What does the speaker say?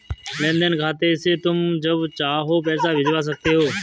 लेन देन खाते से तुम जब चाहो पैसा भिजवा सकते हो